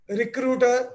recruiter